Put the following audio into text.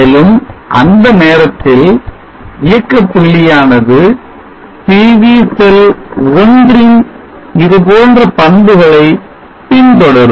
மேலும் அந்த நேரத்தில் இயக்க புள்ளியானது PV செல் 1 ன் இதுபோன்ற பண்புகளை பின்தொடரும்